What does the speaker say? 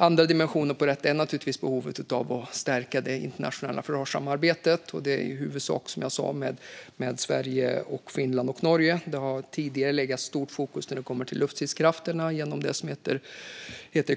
Andra dimensioner i detta är naturligtvis behovet av att stärka det internationella försvarssamarbetet, som sagt i huvudsak mellan Sverige, Finland och Norge. Det har tidigare legat stort fokus på luftstridskrafterna genom